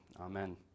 Amen